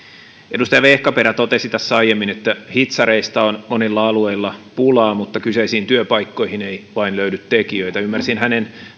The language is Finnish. edustaja vehkaperä totesi tässä aiemmin että hitsareista on monilla alueilla pulaa mutta kyseisiin työpaikkoihin ei vain löydy tekijöitä ymmärsin hänen